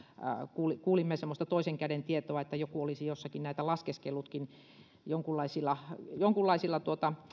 kuulimme kuulimme semmoista toisen käden tietoa että joku olisi jossakin näitä laskeskellutkin jonkunlaisilla jonkunlaisilla